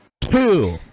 two